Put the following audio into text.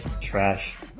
trash